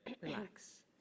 Relax